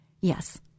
yes